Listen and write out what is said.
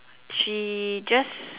she just